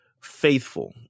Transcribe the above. faithful